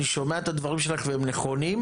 אני שומע את הדברים שלך והם נכונים,